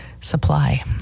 supply